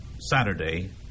Saturday